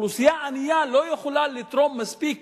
אוכלוסייה ענייה לא יכולה לתרום מספיק